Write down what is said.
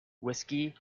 whiskey